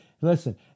Listen